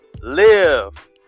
live